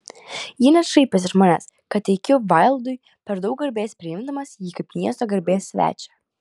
ji net šaipėsi iš manęs kad teikiu vaildui per daug garbės priimdamas jį kaip miesto garbės svečią